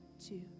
two